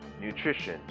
nutrition